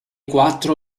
quattro